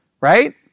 right